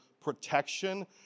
protection